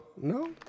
no